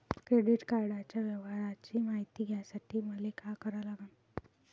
Credit कार्डाच्या व्यवहाराची मायती घ्यासाठी मले का करा लागन?